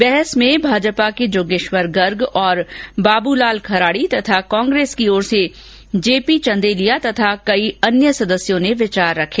बहस में भाजपा के र्जागेश्वर गर्ग और बाबूलाल खराडी तथा कांग्रेस की ओर से जे पी चंदेलिया तथा कई अन्य सदस्यों ने विचार रखे